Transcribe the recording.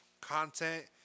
content